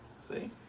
see